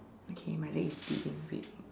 okay my leg is freezing wait